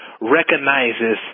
recognizes